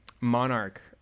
Monarch